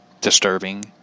disturbing